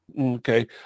Okay